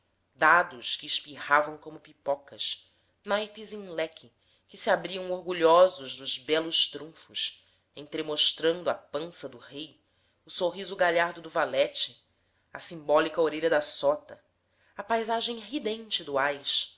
dados que espirravam como pipocas naipes em leque que se abriam orgulhosos dos belos trunfos entremostrando a pança do rei o sorriso galhardo do valete a simbólica orelha da sota a paisagem ridente do ás